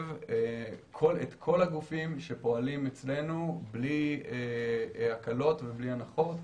מחייב את כל הגופים שפועלים אצלנו בלי הקלות ובלי הנחות.